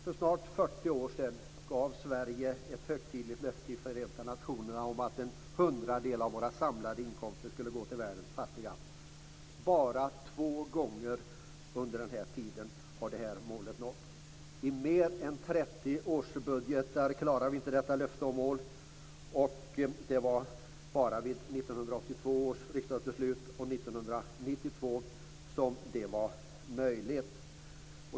För snart 40 år sedan gav Sverige ett högtidligt löfte i Förenta nationerna om att en hundradel av våra samlade inkomster skulle gå till världens fattiga. Bara två gånger under den här tiden har det här målet nåtts. I mer än 30 årsbudgetar har vi inte klarat att uppfylla detta löfte och nå detta mål. Det var bara vid 1982 och 1992 års riksdagsbeslut som det var möjligt.